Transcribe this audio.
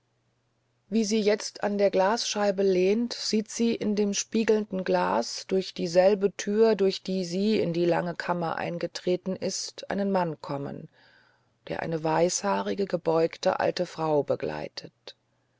wie sie jetzt an der glasscheibe lehnt sieht sie in dem spiegelnden glas durch dieselbe tür durch die sie in die lange kammer eingetreten ist einen mann kommen der eine weißhaarige gebeugte alte frau begleitet